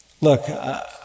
look